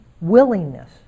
willingness